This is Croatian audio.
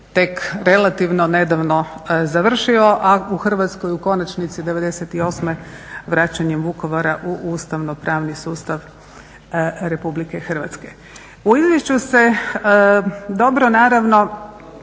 tek relativno nedavno završio, a u Hrvatskoj konačnici '98. vraćanje Vukovara u ustavnopravni sustav Republike Hrvatske. U izvješću se dobro naravno